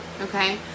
okay